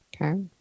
Okay